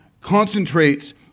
concentrates